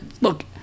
look